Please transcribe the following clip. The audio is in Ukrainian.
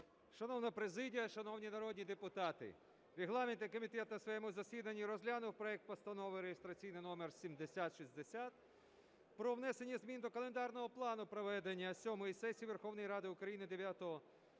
Шановна президія, шановні народні депутати, регламентний комітет на своєму засіданні розглянув проект Постанови (реєстраційний номер 7060) про внесення змін до календарного плану проведення сьомої сесії Верховної Ради України